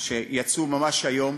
שיצאו ממש היום,